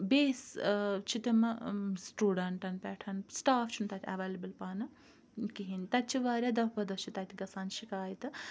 بیٚیِس چھِ تِم سٹوڈنٹَن پیٹھ سٹاف چھُنہٕ تَتہِ اَویلیبل پانہٕ کِہیٖن تَتہِ چھِ واریاہ دوہہ پَتہٕ دوہہ چھِ تَتہٕ گَژھان شِکایتہٕ